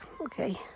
okay